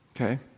Okay